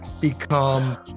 become